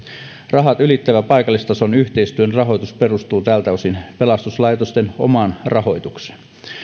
rajat ylittävän paikallistason yhteistyön rahoitus perustuu tältä osin pelastuslaitosten omaan rahoitukseen